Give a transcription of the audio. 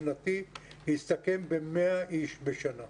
הסתכם ב-100 איש בשנה.